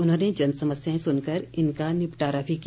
उन्होंने जन समस्याएं सुनकर इनका निपटारा भी किया